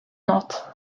not